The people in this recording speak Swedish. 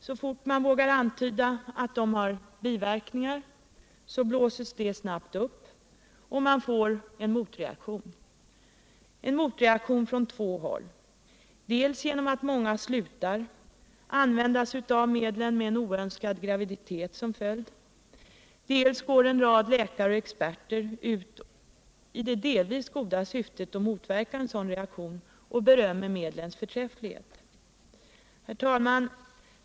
Så fort man vågar antyda att de har biverkningar blåses det snabbt upp och man får en motreaktion från två håll, dels genom att många slutar använda sig av medlen med en oönskad graviditet som följd, dels genom att en rad läkare och experter går ut i det delvis goda syftet att motverka en sådan reaktion och berömmer medlens förträfflighet. Herr talman!